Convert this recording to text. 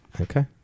Okay